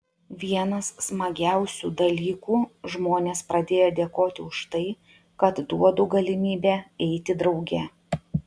vienas smagiausių dalykų žmonės pradėjo dėkoti už tai kad duodu galimybę eiti drauge